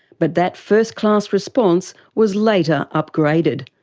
but that first class response was later upgraded.